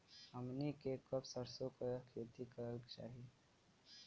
हमनी के कब सरसो क खेती करे के चाही?